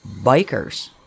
bikers